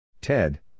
Ted